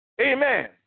Amen